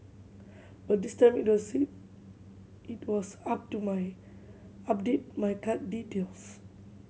but this time it would said it was up to my update my card details